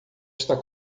está